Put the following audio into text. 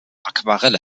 aquarelle